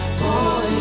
boy